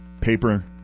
paper